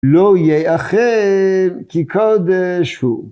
‫לא יאכל, כי קודש הוא.